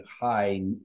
high